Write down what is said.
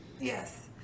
Yes